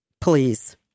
Please